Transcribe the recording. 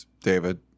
David